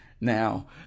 Now